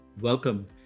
welcome